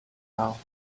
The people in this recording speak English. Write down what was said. now